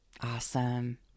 Awesome